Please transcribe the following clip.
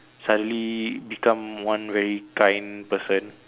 suddenly become one very kind person